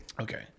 Okay